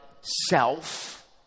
self